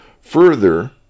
Further